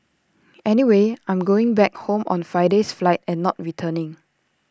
anyway I'm going back home on Friday's flight and not returning